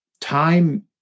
time